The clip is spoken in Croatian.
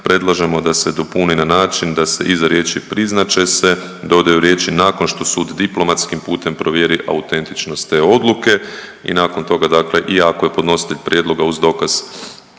predlažemo da se dopuni na način da se iza riječi: „priznat će se“ dodaju riječi: „nakon što sud diplomatskim putem provjeri autentičnost te odluke“ i nakon toga dakle i ako je podnositelj prijedloga uz dokaz